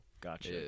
Gotcha